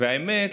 האמת,